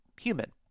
human